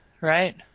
right